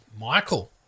Michael